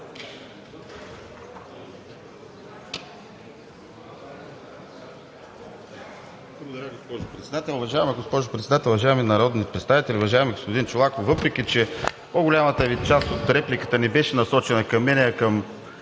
Благодаря, госпожо Председател. Уважаема госпожо Председател, уважаеми народни представители! Уважаеми господин Чолаков, въпреки че по-голямата част от репликата Ви не беше насочена към мен, а към